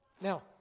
Now